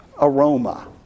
aroma